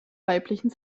weiblichen